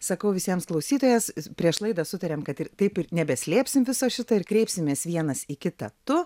sakau visiems klausytojas prieš laidą sutarėm kad ir taip ir nebeslėpsim viso šito ir kreipsimės vienas į kitą tu